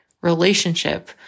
relationship